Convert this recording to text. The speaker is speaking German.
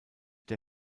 der